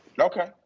Okay